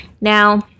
Now